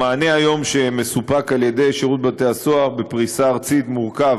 המענה שמסופק היום על ידי שירות בתי-הסוהר בפריסה ארצית מורכב